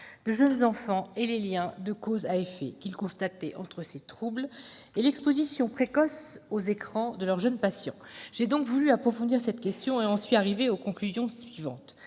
de jeunes enfants et sur les liens de cause à effet qu'ils constataient entre ces troubles et l'exposition précoce aux écrans de leurs jeunes patients. J'ai souhaité approfondir cette question et j'en suis arrivée aux conclusions suivantes.